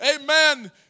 amen